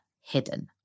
hidden